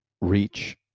reach